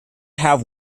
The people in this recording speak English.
have